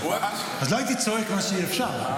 אז לא הייתי צועק מה שאי-אפשר.